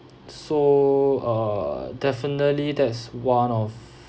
so err definitely that's one of